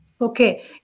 okay